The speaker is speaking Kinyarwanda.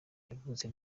yavutse